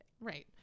right